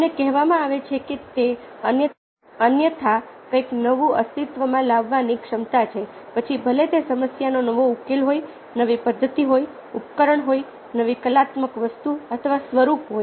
અમને કહેવામાં આવે છે કે તે અન્યથા કંઈક નવું અસ્તિત્વમાં લાવવાની ક્ષમતા છે પછી ભલે તે સમસ્યાનો નવો ઉકેલ હોય નવી પદ્ધતિ હોય ઉપકરણ હોય નવી કલાત્મક વસ્તુ અથવા સ્વરૂપ હોય